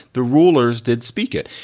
the rulers did speak it.